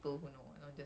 I do